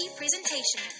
presentation